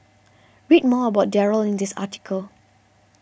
read more about Darryl in this article